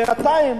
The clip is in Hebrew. בינתיים